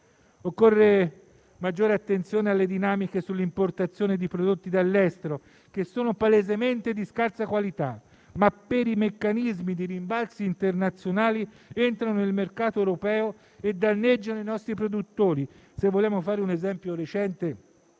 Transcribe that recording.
Occorre maggiore attenzione alle dinamiche relative all'importazione di prodotti dall'estero che sono palesemente di scarsa qualità, ma che, per i meccanismi di rimbalzi internazionali, entrano nel mercato europeo e danneggiano i nostri produttori. Se vogliamo fare un esempio recente,